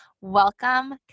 Welcome